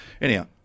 Anyhow